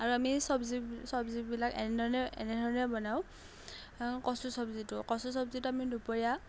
আৰু আমি চব্জি চব্জিবিলাক এনেধৰণে এনেধৰণে বনাওঁ কচু চব্জিটো কচু চব্জিটো আমি দুপৰীয়া